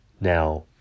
Now